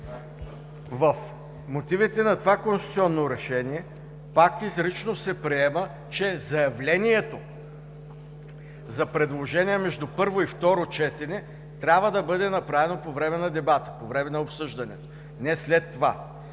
В мотивите на това конституционно решение, пак изрично се приема, че заявлението за предложения между първо и второ четене трябва да бъде направено по време на дебата, по време на обсъждането, а не след това.